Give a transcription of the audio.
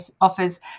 offers